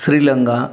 Sri Lanka